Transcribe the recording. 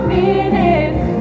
minutes